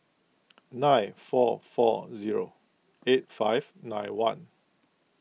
nine four four zero eight five nine one